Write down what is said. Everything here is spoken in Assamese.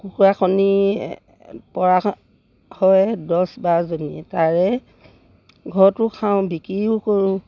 কুকুৰা কণী পৰা হয় দছ বাৰজনী তাৰে ঘৰতো খাওঁ বিক্ৰীও কৰোঁ